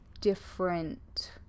different